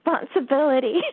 responsibility